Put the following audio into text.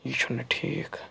یہِ چھُنہٕ ٹھیٖک